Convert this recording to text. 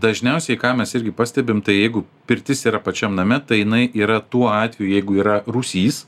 dažniausiai ką mes irgi pastebim tai jeigu pirtis yra pačiam name tai jinai yra tuo atveju jeigu yra rūsys